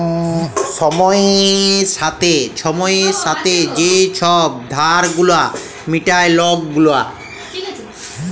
ছময়ের ছাথে যে ছব ধার গুলা মিটায় লক গুলা